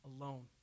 alone